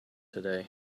today